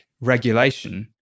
regulation